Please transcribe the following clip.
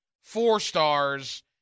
four-stars